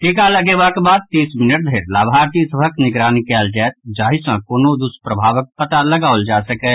टीका लगेबाक बाद तीस मिनट धरि लाभार्थी सभक निगरानी कयल जायत जाहि सँ कोनो दुष्प्रभावक पता लगाओल जा सकय